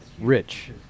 rich